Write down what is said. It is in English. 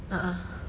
ah ah